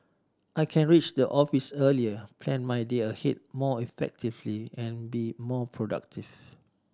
I can reach the office earlier plan my day ahead more effectively and be more productive